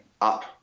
up